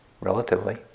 relatively